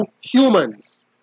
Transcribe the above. humans